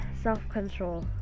Self-control